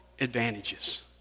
advantages